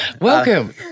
Welcome